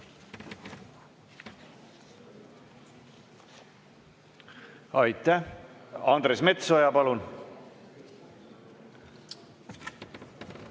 Aitäh! Andres Metsoja, palun!